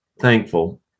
thankful